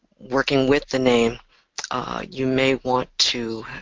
working with the name you may want to